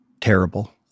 terrible